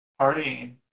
partying